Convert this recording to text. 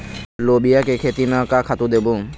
लोबिया के खेती म का खातू देबो?